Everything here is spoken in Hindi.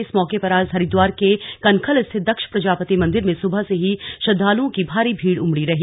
इस मौके पर आज हरिद्वार के कनखल स्थित दक्ष प्रजापति मंदिर में सुबह से ही श्रद्वालुओं की भारी भीड़ उमड़ी रही